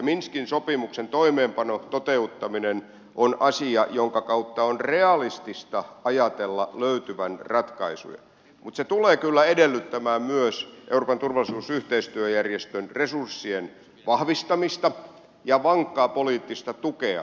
minskin sopimuksen toimeenpano toteuttaminen on asia jonka kautta on realistista ajatella löytyvän ratkaisuja mutta se tulee kyllä edellyttämään myös euroopan turvallisuusyhteistyöjärjestön resurssien vahvistamista ja vankkaa poliittista tukea